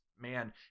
man